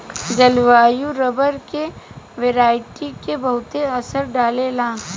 जलवायु रबर के वेराइटी के बहुते असर डाले ला